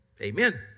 Amen